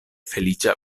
feliĉa